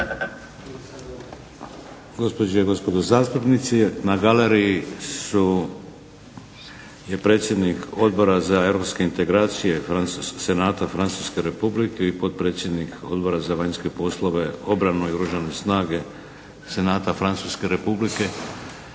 Gospođe i gospodo zastupnici na galeriji su, je predsjednik Odbora za europske integracije Senata Francuske Republike i potpredsjednik Odbora za vanjske poslove, obranu i oružane snage Senata Francuske Republike